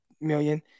million